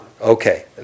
Okay